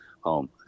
home